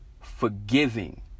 forgiving